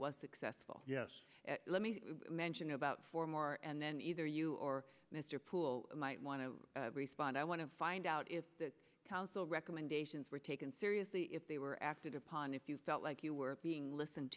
was successful yes let me mention about four more and then either you or mr poole might want to respond i want to find out if the council recommendations were taken seriously if they were acted upon if you felt like you were being listened